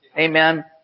Amen